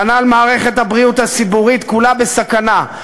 כנ"ל מערכת הבריאות הציבורית, כולה בסכנה.